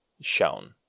shown